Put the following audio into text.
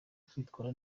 kwitwara